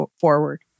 forward